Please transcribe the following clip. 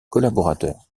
collaborateurs